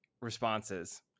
responses